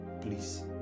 please